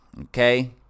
Okay